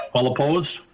all opposed?